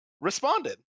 responded